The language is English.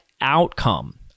outcome